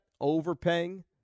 overpaying